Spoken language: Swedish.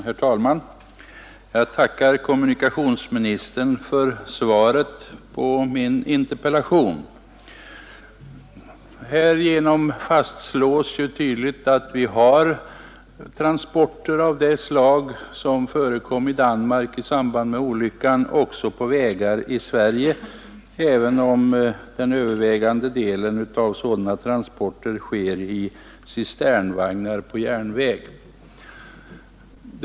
Herr talman! Jag tackar kommunikationsministern för svaret på min interpellation. Det fastslås ju tydligt att vi också på vägar i Sverige har transporter av det slag som förekom i Danmark i samband med olyckan, även om den övervägande delen av sådana transporter sker i cisternvagnar på järnväg.